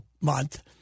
month